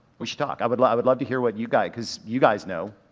we should talk. i would love, i would love to hear what you guy, cause you guys know,